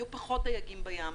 יהיו פחות דייגים בים.